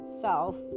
self